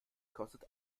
kostet